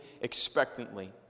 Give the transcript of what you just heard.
expectantly